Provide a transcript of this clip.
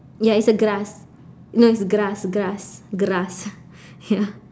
ya is a grass no is grass grass grass ya